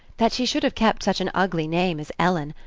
that she should have kept such an ugly name as ellen.